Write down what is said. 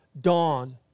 dawn